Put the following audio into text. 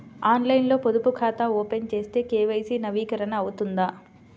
ఆన్లైన్లో పొదుపు ఖాతా ఓపెన్ చేస్తే కే.వై.సి నవీకరణ అవుతుందా?